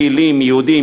פעילים יהודים,